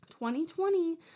2020